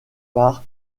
par